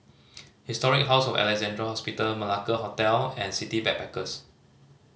Historic House of Alexandra Hospital Malacca Hotel and City Backpackers